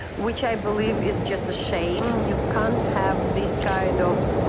which i believe is just a shame. you can't have this kind of